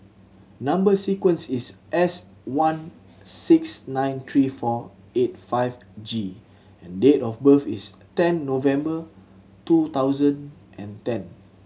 number sequence is S one six nine three four eight five G and date of birth is ten November two thousand and ten